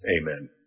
Amen